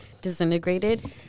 disintegrated